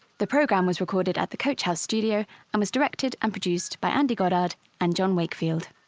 the programme was recorded at the coach house studio and was directed and produced by andy goddard and john wakefield.